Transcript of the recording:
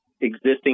existing